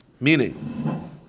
Meaning